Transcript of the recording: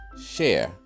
share